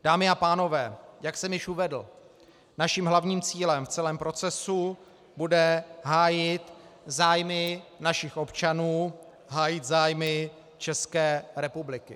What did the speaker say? Dámy a pánové, jak jsem již uvedl, naším hlavním cílem v celém procesu bude hájit zájmy našich občanů, hájit zájmy České republiky.